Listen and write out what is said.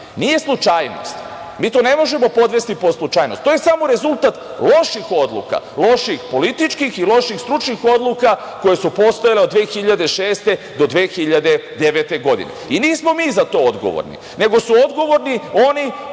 nije slučajnost, mi to ne možemo podvesti pod slučajnost, to je samo rezultat loših odluka, loših političkih i loših stručnih odluka koje su postojale od 2006. do 2009. godine. Nismo mi za to odgovorni, nego su odgovorni oni